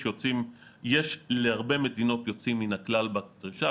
יש להרבה מדינות יוצאים מן הכלל בדרישה,